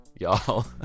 Y'all